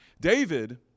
David